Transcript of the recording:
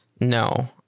no